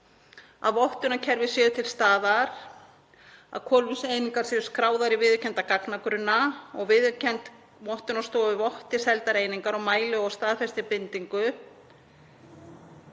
að vottunarkerfi séu til staðar, að kolefniseiningar séu skráðar í viðurkennda gagnagrunna og viðurkennd vottunarstofa votti seldar einingar og mæli og staðfesti bindingu